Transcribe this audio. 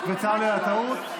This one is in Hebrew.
צר לי על הטעות.